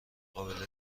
قابل